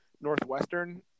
Northwestern